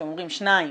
אתם אומרים, שניים